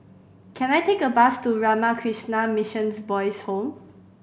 can I take a bus to Ramakrishna Mission Boys' Home